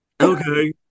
okay